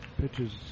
Pitches